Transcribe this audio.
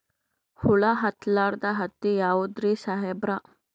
ಹುಳ ಹತ್ತಲಾರ್ದ ಹತ್ತಿ ಯಾವುದ್ರಿ ಸಾಹೇಬರ?